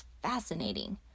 fascinating